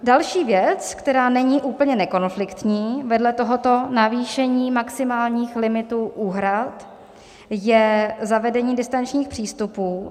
Další věc, která není úplně nekonfliktní vedle tohoto navýšení maximálních limitů úhrad, je zavedení distančních přístupů.